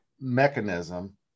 mechanism